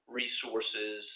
resources